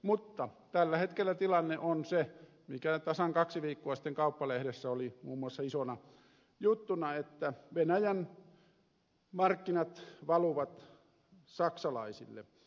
mutta tällä hetkellä tilanne on se mikä oli tasan kaksi viikkoa sitten kauppalehdessä muun muassa isona juttuna että venäjän markkinat valuvat saksalaisille